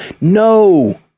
No